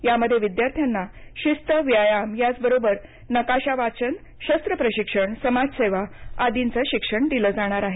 यामध्ये विद्यार्थ्यांना शिस्त व्यायाम याचबरोबर नकाशा वाचन शस्त्र प्रशिक्षण समाजसेवा आदीचे शिक्षण दिले जाणार आहे